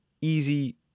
easy